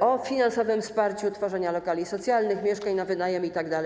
o finansowym wsparciu tworzenia lokali socjalnych, mieszkań na wynajem itd.